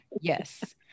yes